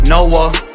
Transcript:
Noah